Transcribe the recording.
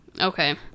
Okay